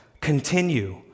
continue